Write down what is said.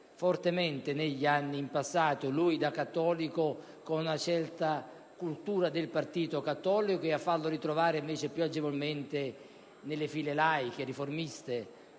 fortemente in passato, lui da cattolico, con una certa cultura del partito cattolico e a farlo ritrovare invece più agevolmente nelle file laiche, riformiste,